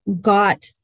got